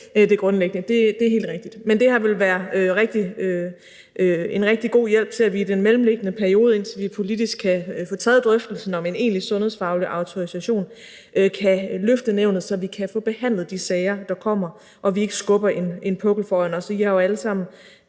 det grundlæggende problem – det er helt rigtigt. Men det her vil være en rigtig god hjælp til, at vi i den mellemliggende periode, indtil vi politisk kan få taget drøftelsen om en egentlig sundhedsfaglig autorisation, kan løfte nævnet, så vi kan få behandlet de sager, der kommer, og vi ikke skubber en pukkel foran os. Ordførerne har jo alle sammen